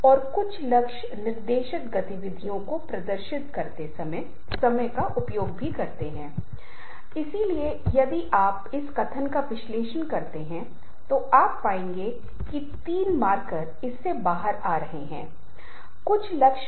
दूसरी बात जो यह निर्धारित कर सकती है कि यह एक संदर्भ है यदि आप फैशन के बारे में बता रहे हैं यदि आप बच्चे के खिलौने के बारे में बता रहे हैं तो यह अधिक उपयुक्त होगा